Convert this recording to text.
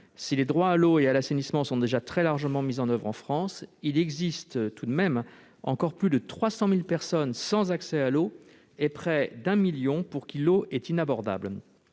Si les droits à l'eau et à l'assainissement sont déjà très largement mis en oeuvre en France, il existe encore plus de 300 000 personnes privées d'accès à l'eau et près d'un million de personnes pour qui l'eau est inabordable.